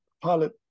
pilot